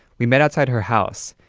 we met outside her house.